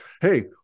hey